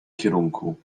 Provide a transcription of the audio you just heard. kierunku